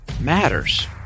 matters